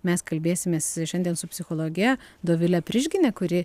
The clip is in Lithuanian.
mes kalbėsimės šiandien su psichologe dovile prižgine kuri